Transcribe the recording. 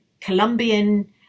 Colombian